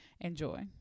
Enjoy